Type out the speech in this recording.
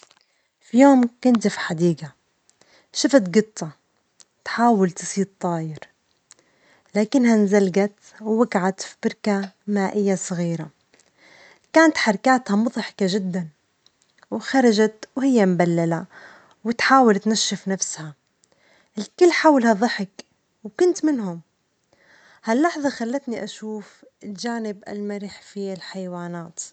في يوم كنت في حديجة، شفت جطة تحاول تصيد طائر، لكنها انزلجت ووجعت في بركة مائية صغيرة، كانت حركاتها مضحكة جدًا، وخرجت وهي مبللة وتحاول تنشف نفسها ، الكل حولها ضحك وكنت منهم، هاللحظة خلتني أشوف الجانب المرح في الحيوانات.